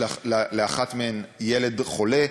ולאחת מהן יש ילד חולה,